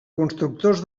constructors